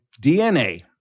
DNA